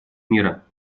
мира